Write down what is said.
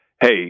hey